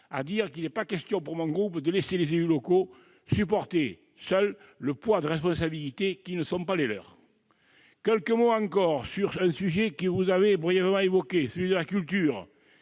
à dire qu'il n'est pas question pour mon groupe de laisser les élus locaux supporter seuls le poids de responsabilités qui ne sont pas les leurs. Quelques mots encore sur un sujet que vous avez brièvement évoqué, celui de la culture,